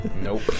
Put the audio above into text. Nope